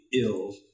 ill